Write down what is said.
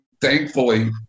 thankfully